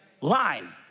line